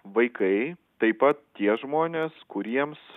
vaikai taip pat tie žmonės kuriems